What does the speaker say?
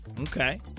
Okay